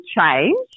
change